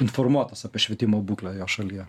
informuotas apie švietimo būklę jo šalyje